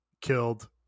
killed